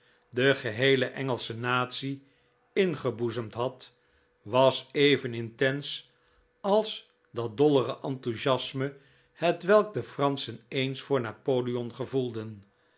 de geheele engelsche natie ingeboezemd had was even intens als dat dollere enthusiasme hetwelk de franschen eens voor napoleon gevoelden